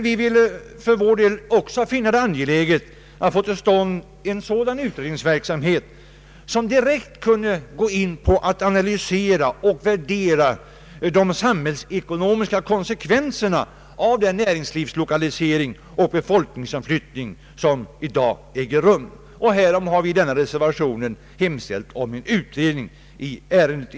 Vi finner det för vår del angeläget att få till stånd en sådan utredningsverksamhet som direkt kunde analysera och värdera de samhällsekonomiska konsekvenserna av den näringslivslokalisering och befolkningsomflyttning som i dag äger rum. Därför har vi i denna reservation hemställt om en utredning i ärendet.